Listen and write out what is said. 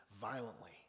violently